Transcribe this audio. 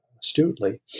astutely